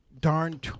Darn